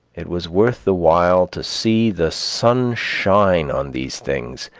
it was worth the while to see the sun shine on these things,